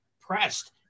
pressed